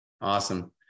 Awesome